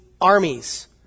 armies